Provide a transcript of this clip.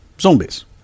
Zombies